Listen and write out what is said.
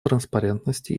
транспарентности